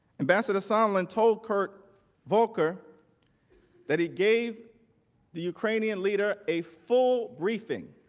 ambassador sondland told kurt volker that he gave the ukrainian leader a full briefing,